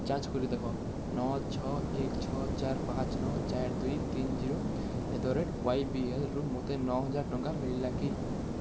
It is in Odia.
ଯାଞ୍ଚ୍ କରି ଦେଖ ନଅ ଛଅ ଏକ ଛଅ ଚାରି ପାଞ୍ଚ ନଅ ଚାରି ଦୁଇ ତିନି ଜିରୋ ଆଟ୍ ଦ ରେଟ୍ ୱାଇବିଏଲରୁ ମୋତେ ନଅ ହଜାର ଟଙ୍କା ମିଳିଲା କି